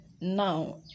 now